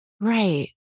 right